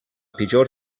pitjor